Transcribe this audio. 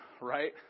Right